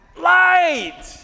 light